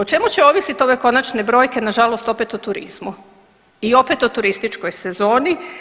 O čemu će ovisit ove konačne brojke, nažalost opet o turizmu i opet o turističkoj sezoni.